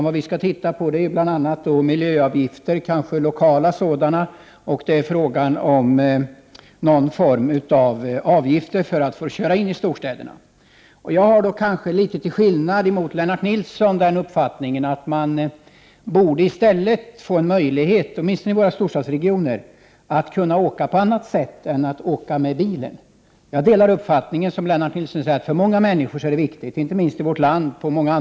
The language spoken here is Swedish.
Vad vi skall titta på är bl.a. miljöavgifterna — kanske skall det vara lokala miljöavgifter — och överväga någon form av avgift för den som vill köra i storstäderna. Min uppfattning skiljer sig kanske litet från Lennart Nilssons. Jag har nämligen uppfattningen att man i stället borde ha möjlighet — åtminstone gäller det storstadsregionerna — att åka på annat sätt än med bil. Men jag håller med Lennart Nilsson om att bilen för många människor, inte minst på många andra håll i vårt land, är viktig.